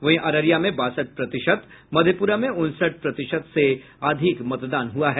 वहीं अररिया में बासठ प्रतिशत मधेपुरा में उनसठ प्रतिशत से अधिक मतदान हुआ है